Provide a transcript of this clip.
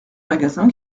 magasin